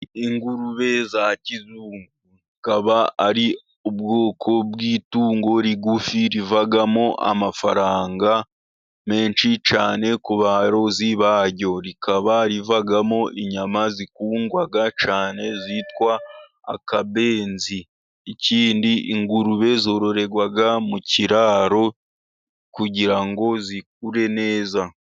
Ingurube za kizungu akaba ari ubwoko bw' itungo rigufi rivamo amafaranga menshi cyane, ku borozi baryo rikaba rivamo inyama zikundwa cyane zitwa akabenzi, ikindi ingurube zororerwa mu kiraro kugira ngo zikure neza.